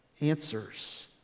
answers